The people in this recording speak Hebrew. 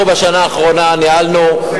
אנחנו בשנה האחרונה ניהלנו,